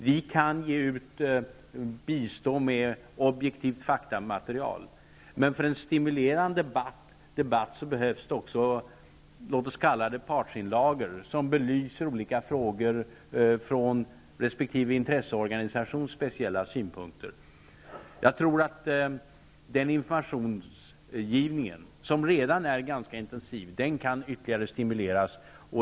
Vi kan ge ut och bistå med objektivt faktamaterial, men för en stimulerande debatt behövs också vad vi kan kalla partsinlagor, som belyser frågor från resp. intresseorganisations speciella utgångspunkter. Jag tror att denna informationsgivning, som redan är ganska intensiv, ytterligare kan stimuleras.